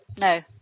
no